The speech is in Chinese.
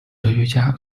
哲学家